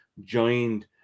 joined